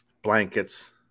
blankets